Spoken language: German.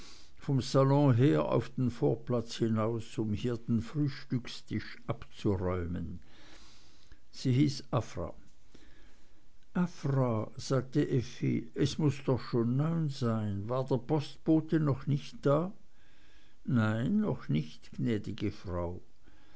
vom salon her auf den vorplatz hinaus um hier den frühstückstisch abzuräumen sie hieß afra afra sagte effi es muß doch schon neun sein war der postbote noch nicht da nein noch nicht gnäd'ge frau